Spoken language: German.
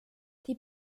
die